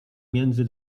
między